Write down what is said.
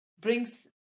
brings